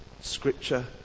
scripture